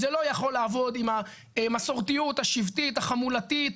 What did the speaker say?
זה לא יכול לעבוד עם המסורתיות השבטית החמולתית,